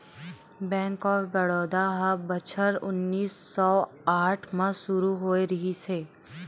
bank of Baroda ह बछर उन्नीस सौ आठ म सुरू होए रिहिस हे